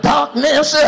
Darkness